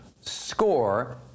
score